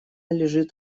лежит